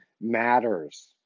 matters